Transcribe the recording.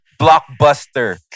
blockbuster